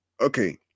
Okay